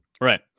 right